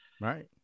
Right